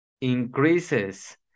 increases